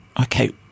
okay